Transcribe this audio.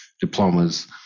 diplomas